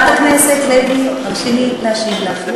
חברת הכנסת לוי, הרשי לי להשלים לך.